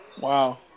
Wow